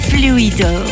Fluido